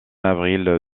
avril